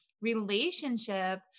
relationship